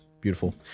Beautiful